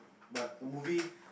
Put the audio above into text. but movie